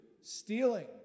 stealing